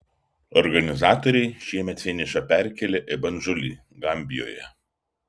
organizatoriai šiemet finišą perkėlė į bandžulį gambijoje